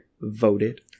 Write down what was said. voted